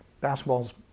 Basketball's